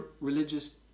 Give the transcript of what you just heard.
religious